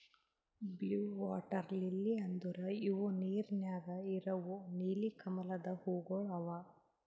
blue water lily ಅಂದುರ್ ಇವು ನೀರ ನ್ಯಾಗ ಇರವು ನೀಲಿ ಕಮಲದ ಹೂವುಗೊಳ್ ಅವಾ